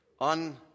On